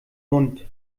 mund